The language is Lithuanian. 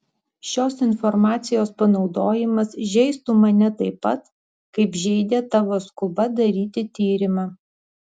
šios informacijos panaudojimas žeistų mane taip pat kaip žeidė tavo skuba daryti tyrimą